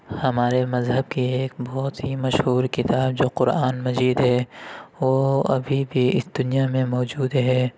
ہمارے مذہب کی ایک بہت ہی مشہور کتاب جو قرآن مجید ہے وہ ابھی بھی اِس دنیا میں موجود ہے